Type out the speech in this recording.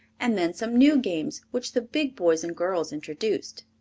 and then some new games which the big boys and girls introduced.